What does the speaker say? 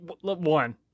one